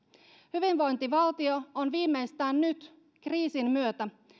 hyvinvointivaltio on viimeistään nyt kriisin myötä